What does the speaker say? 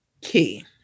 key